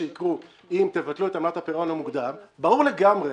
שיקרו אם תבטלו את עמלת הפירעון המוקדם ברור לגמרי